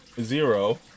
Zero